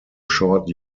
short